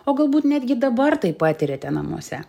o galbūt netgi dabar tai patiriate namuose